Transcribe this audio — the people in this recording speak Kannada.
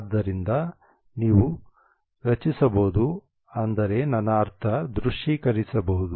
ಆದ್ದರಿಂದ ನೀವು ರಚಿಸಬಹುದು ಅಂದರೆ ನನ್ನ ಅರ್ಥ ದೃಶ್ಯೀಕರಿಸಬಹುದು